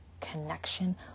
connection